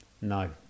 no